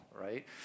right